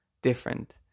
different